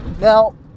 Now